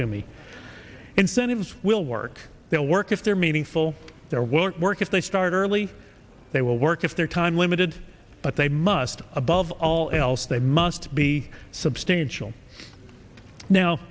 to me incentives will work they'll work if they're meaningful there won't work if they start early they will work if their time limited but they must above all else they must be substantial now